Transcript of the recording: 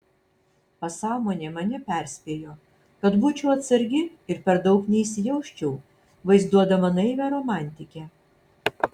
pasąmonė mane perspėjo kad būčiau atsargi ir per daug neįsijausčiau vaizduodama naivią romantikę